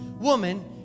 woman